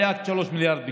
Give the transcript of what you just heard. היו 3 מיליארד וקצת.